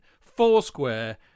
foursquare